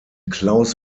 klaus